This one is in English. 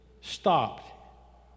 stopped